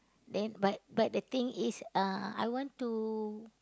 then but but the thing is uh I want to